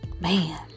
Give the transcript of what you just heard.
man